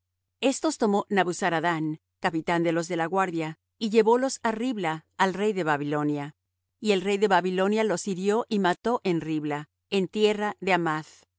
estos tomó nabuzaradán capitán de los de la guardia y llevólos á ribla al rey de babilonia y el rey de babilonia los hirió y mató en ribla en tierra de